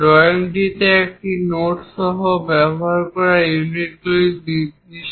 ড্রয়িংটিতে একটি নোট সহ ব্যবহৃত ইউনিটগুলি নির্দিষ্ট করুন